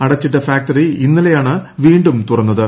അടച്ചിട്ട ഫാക്ടറി ഇന്നലെയാണ് വീണ്ടും തുറന്നത്